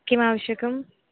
किम् आवश्यकम्